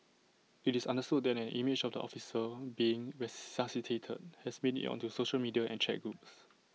IT is understood that an image of the officer being resuscitated has made IT onto social media and chat groups